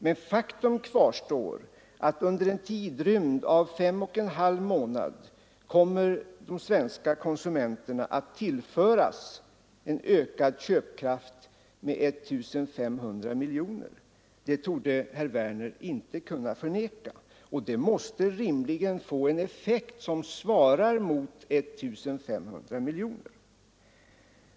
Men faktum kvarstår att under en tidrymd av fem och en halv månader kommer de svenska konsumenterna att tillföras en ökad köpkraft med 1 500 miljoner — det torde herr Werner i Tyresö inte kunna förneka — och det måste rimligen också få en effekt som svarar mot 1 500 miljoner.